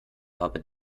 habe